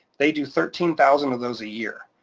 they do thirteen thousand of those a year.